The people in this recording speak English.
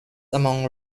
among